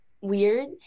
weird